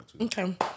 Okay